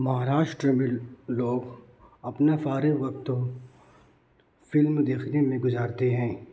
مہاراشٹر میں لوگ اپنا فارغ وقت تو فلم دیکھنے میں گزارتے ہیں